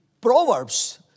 Proverbs